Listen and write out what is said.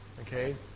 okay